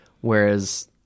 Whereas